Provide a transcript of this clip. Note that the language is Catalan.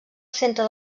centre